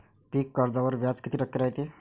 पीक कर्जावर व्याज किती टक्के रायते?